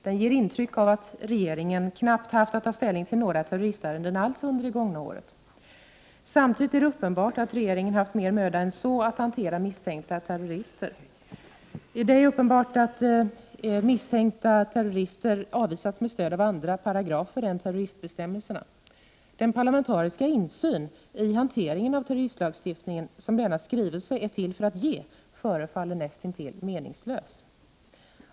Den ger intryck av att regeringen knappt haft att ta ställning till några terroristärenden alls under det gångna året. Samtidigt är det uppenbart att regeringen haft mer möda än så med att hantera misstänkta terrorister. Det är uppenbart att sådana avvisats med stöd av andra paragrafer än terroristbestämmelserna. Den parlamentariska insyn i hanteringen av terroristlagstiftningen som denna skrivelse är till för att ge förefaller näst intill meningslös.